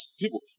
people